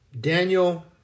Daniel